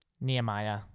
Nehemiah